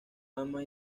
ama